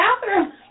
bathroom